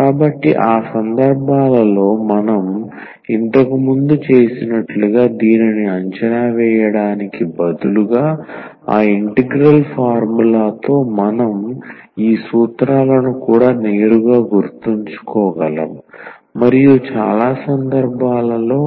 కాబట్టి ఆ సందర్భాలలో మనం ఇంతకుముందు చేసినట్లుగా దీనిని అంచనా వేయడానికి బదులుగా ఆ ఇంటెగ్రల్ ఫార్ములా తో మనం ఈ సూత్రాలను కూడా నేరుగా గుర్తుంచుకోగలము మరియు చాలా సందర్భాలలో